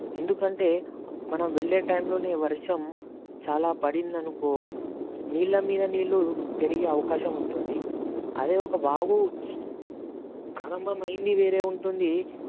ఎందుకంటే మనం వెళ్ళే టైంలోనే వర్షం చాలా పడింది అనుకో నీళ్ళ మీద నీళ్ళు పెరిగే అవకాశం ఉంటుంది అదే ఒక వాగు ప్రారంభమైంది వేరే ఉంటుంది